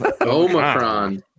Omicron